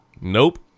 Nope